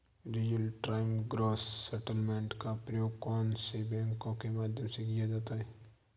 Real time gross settlement का प्रयोग कौन से बैंकों के मध्य किया जाता है?